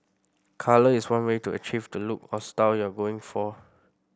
colour is one way to achieve the look or style you're going for